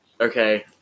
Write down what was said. Okay